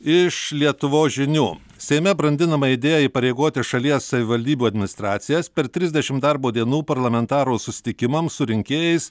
iš lietuvos žinių seime brandinama idėja įpareigoti šalies savivaldybių administracijas per trisdešim darbo dienų parlamentarų susitikimams su rinkėjais